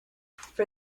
for